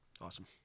awesome